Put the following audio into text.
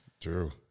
True